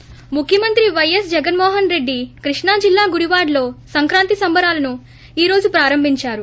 ప్ర ముఖ్యమంత్రి పైఎస్ జగస్మోహస్రెడ్డి కృష్ణా జిల్లా గుడివాడలో సంక్రాంతి సంబరాలను ఈ రోజు ప్రారంభించారు